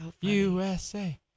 USA